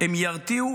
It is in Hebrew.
ירתיעו